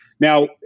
Now